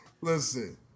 Listen